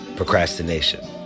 procrastination